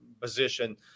position